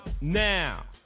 now